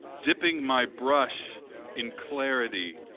dipping my brush in clarity,